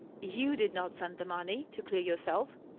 you did not send the money to clear yourself?